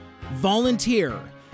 Volunteer